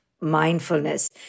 mindfulness